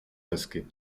hezky